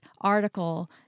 article